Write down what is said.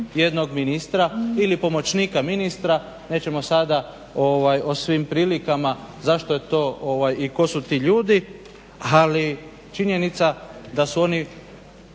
jednog ministra ili pomoćnika ministra, nećemo sada o svim prilikama zašto je to i tko su ti ljudi. Ali činjenica da su oni